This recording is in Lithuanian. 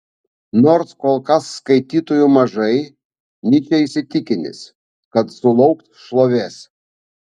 nors kol kas skaitytojų mažai nyčė įsitikinęs kad sulauks šlovės